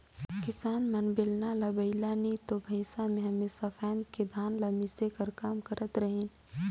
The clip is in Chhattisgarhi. किसान मन बेलना ल बइला नी तो भइसा मे हमेसा फाएद के धान ल मिसे कर काम करत रहिन